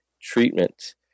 treatment